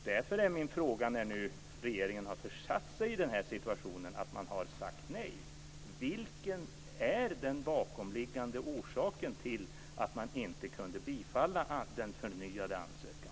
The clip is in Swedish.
Därför är min fråga, när nu regeringen har försatt sig i den här situationen och har sagt nej: Vilken är den bakomliggande orsaken till att man inte kunde bifalla den förnyade ansökan?